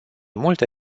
multe